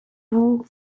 vous